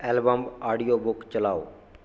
album audio book ਚਲਾਓ